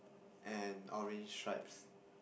and orange stripes